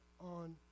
on